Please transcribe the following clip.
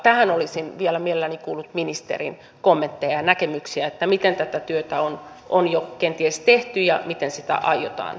tähän olisin vielä mielelläni kuullut ministerin kommentteja ja näkemyksiä miten tätä työtä on jo kenties tehty ja miten sitä aiotaan edistää